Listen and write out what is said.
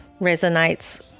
resonates